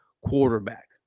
quarterback